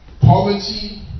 poverty